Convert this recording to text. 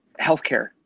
healthcare